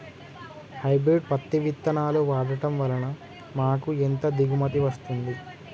Hybrid పత్తి విత్తనాలు వాడడం వలన మాకు ఎంత దిగుమతి వస్తుంది?